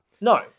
No